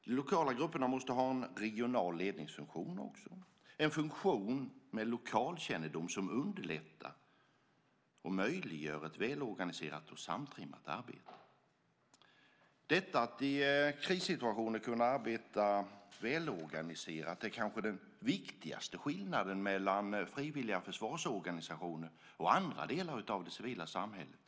De lokala grupperna måste också ha en regional ledningsfunktion, en funktion med lokalkännedom som underlättar och möjliggör ett välorganiserat och samtrimmat arbete. Att man i krissituationer kan arbeta välorganiserat är kanske den viktigaste skillnaden mellan frivilliga försvarsorganisationer och andra delar av det civila samhället.